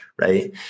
right